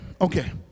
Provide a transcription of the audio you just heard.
okay